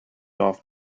off